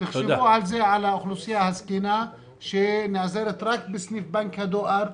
תחשבו על האוכלוסייה הזקנה שנעזרת רק בסניף בנק הדואר,